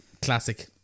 Classic